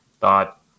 thought